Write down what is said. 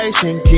Keep